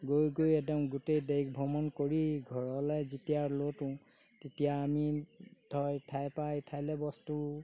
গৈ গৈ একদম গোটেই দেশ ভ্ৰমণ কৰি ঘৰলৈ যেতিয়া ওলটো তেতিয়া আমি ধৰ ইঠাইৰপৰা সিঠাইলৈ বস্তু